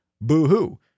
Boo-hoo